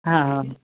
हा